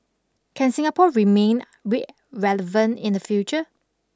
can Singapore remain relevant in the future